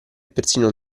persino